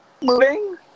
moving